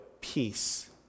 peace